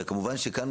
וכמובן שכאן,